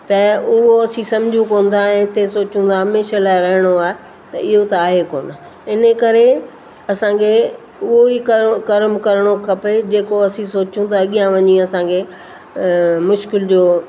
त उहो असी सम्झूं कोन था ऐं हिते सोचियूं था त हमेश लाइ रहणो आहे त इहो त आहे कोन इन करे असांखे उहो ई कर्म कर्म करिणो खपे जेको असी सोचियूं की अॻियां वञी असांखे मुश्किल जो